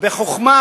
בחוכמה